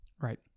Right